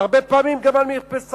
הרבה פעמים גם על מרפסות,